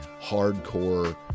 hardcore